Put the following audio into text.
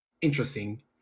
interesting